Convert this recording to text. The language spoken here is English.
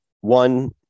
one